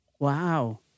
Wow